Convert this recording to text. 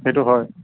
সেইটো হয়